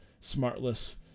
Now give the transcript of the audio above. Smartless